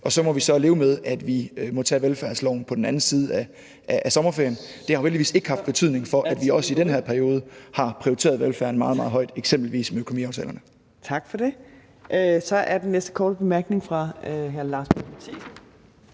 Og så må vi leve med, at vi må tage velfærdsloven på den anden side af sommerferien. Det har jo heldigvis ikke haft betydning for, at vi også i den her periode har prioriteret velfærden meget, meget højt, eksempelvis med økonomiaftalerne. Kl. 18:16 Fjerde næstformand (Trine Torp): Tak for